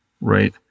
right